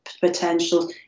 potential